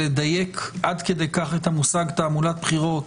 לדייק עד כדי כך את המושג "תעמולת בחירות",